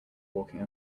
walking